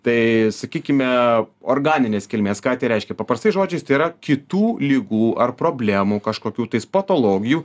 tai sakykime organinės kilmės ką tai reiškia paprastais žodžiais tai yra kitų ligų ar problemų kažkokių tais patologijų